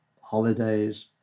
holidays